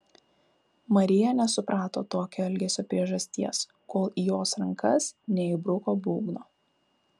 marija nesuprato tokio elgesio priežasties kol į jos rankas neįbruko būgno